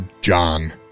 John